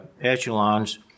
echelons